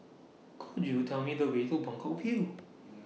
Could YOU Tell Me The Way to Buangkok View